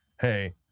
hey